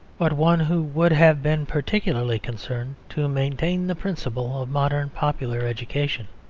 but one who would have been particularly concerned to maintain the principle of modern popular education,